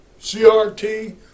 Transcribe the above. CRT